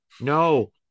no